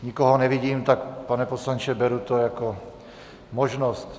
Nikoho nevidím, tak pane poslanče, beru to jako možnost.